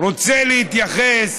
רוצה להתייחס